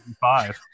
five